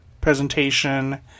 Presentation